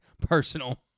personal